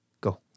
Go